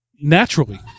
naturally